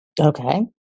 okay